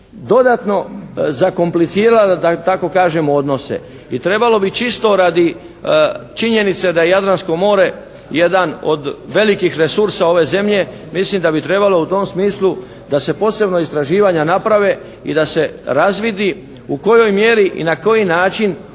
dodatno zakomplicirala da tako kažem odnose i trebalo bi čisto radi činjenice da je Jadransko more jedan od velikih resursa ove zemlje, mislim da bi trebalo u tom smislu da se posebna istraživanja naprave i da se razvidi u kojoj mjeri i na koji način